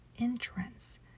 entrance